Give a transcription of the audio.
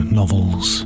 novels